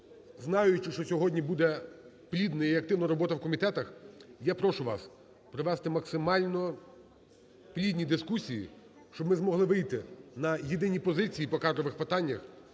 Знаючи, що сьогодні буде плідна і активна робота в комітетах, я прошу вас провести максимально плідні дискусії. Щоб ми змогли вийти на єдині позиції по кадрових питаннях.